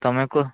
ତମେ କୁହ